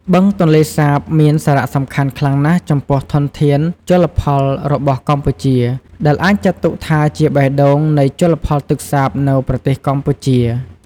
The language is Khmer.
បឹងទន្លេសាបមានសារៈសំខាន់ខ្លាំងណាស់ចំពោះធនធានជលផលរបស់កម្ពុជា ដែលអាចចាត់ទុកថាជា "បេះដូង" នៃជលផលទឹកសាបនៅប្រទេសកម្ពុជា។